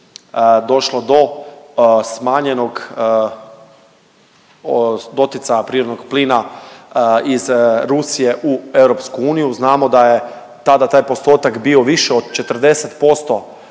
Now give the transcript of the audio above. došlo do smanjenog doticaja prirodnog plina iz Rusije u EU. Znamo da je tada taj postotak bio više od 40%